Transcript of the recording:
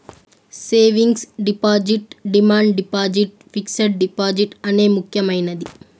savings deposit demand deposit fixed deposit అనే ముక్యమైనది